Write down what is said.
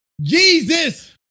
Jesus